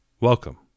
Welcome